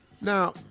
Now